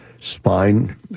spine